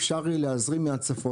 אפשר יהיה להזרים מהצפון,